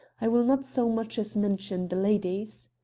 i will not so much as mention the ladies.